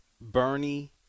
Bernie